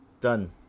Done